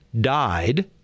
died